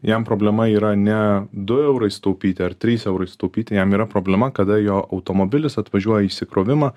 jam problema yra ne du eurai sutaupyti ar trys eurai sutaupyti jam yra problema kada jo automobilis atvažiuoja į išsikrovimą